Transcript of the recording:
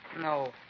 no